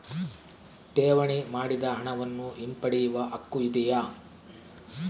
ಠೇವಣಿ ಮಾಡಿದ ಹಣವನ್ನು ಹಿಂಪಡೆಯವ ಹಕ್ಕು ಇದೆಯಾ?